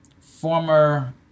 former